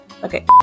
Okay